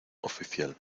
oficial